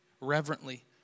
reverently